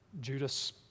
Judas